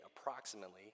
approximately